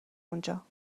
اونجا